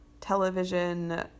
television